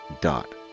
dot